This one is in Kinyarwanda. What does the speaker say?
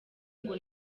ngo